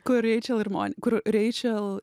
kur reičel ir mon kur reičel